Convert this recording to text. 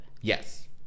Yes